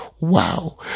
Wow